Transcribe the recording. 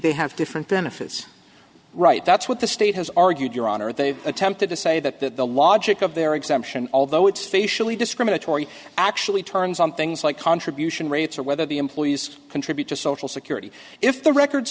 they have different benefits right that's what the state has argued your honor they've attempted to say that the logic of their exemption although it's facially discriminatory actually turns on things like contribution rates or whether the employees contribute to social security if the record